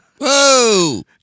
Whoa